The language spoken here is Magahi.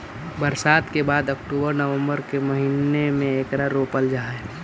बरसात के बाद अक्टूबर नवंबर के महीने में एकरा रोपल जा हई